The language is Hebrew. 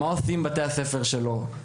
מה עושים עם בתי הספר שלא?